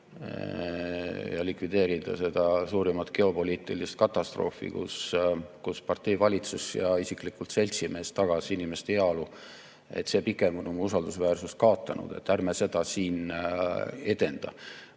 likvideerides seda suurimat geopoliitilist katastroofi, see mudel, kus partei, valitsus ja isiklikult seltsimees tagas inimeste heaolu – see pigem on oma usaldusväärsuse kaotanud. Ärme seda siin edenda.